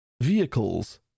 vehicles